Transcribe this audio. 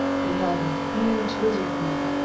beheld a huge lizard beast,